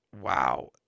Wow